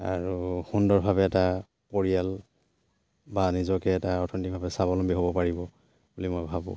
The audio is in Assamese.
আৰু সুন্দৰভাৱে এটা পৰিয়াল বা নিজকে এটা অৰ্থনৈতিকভাৱে স্বাৱলম্বী হ'ব পাৰিব বুলি মই ভাবোঁ